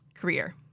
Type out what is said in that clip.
career